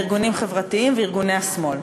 ארגונים חברתיים וארגוני השמאל.